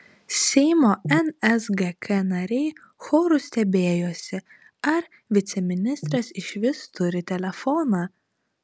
seimo nsgk nariai choru stebėjosi ar viceministras išvis turi telefoną